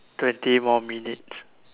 twenty more minutes